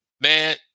man